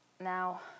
Now